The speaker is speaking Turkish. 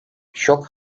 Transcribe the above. şok